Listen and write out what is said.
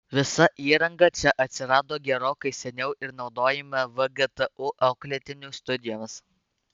visa įranga čia atsirado gerokai seniau ir naudojama vgtu auklėtinių studijoms